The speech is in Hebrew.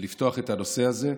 לפתוח את הנושא הזה,